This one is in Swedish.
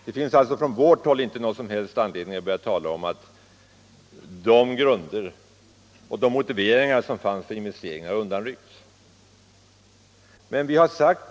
Det finns alltså från vårt håll inte någon anledning att tala om att de grunder och motiveringar för denna investering som fanns tidigare nu har undanryckts.